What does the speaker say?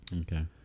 Okay